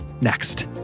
next